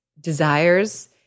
desires